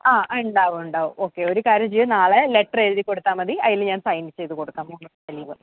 ആ ഉണ്ടാവും ഉണ്ടാവും ഓക്കെ ഒരുകാര്യം ചെയ്യ് നാളെ ലെറ്ററെഴുതിക്കൊടുത്താൽ മതി അതിൽ ഞാൻ സൈൻ ചെയ്തുകൊടുക്കാം മൂന്നുദിവസത്തെ ലീവ്